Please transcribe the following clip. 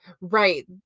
right